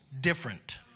different